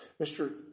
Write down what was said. Mr